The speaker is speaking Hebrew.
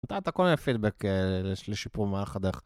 אתה, אתה קונה פידבק לשיפור מהר חדך.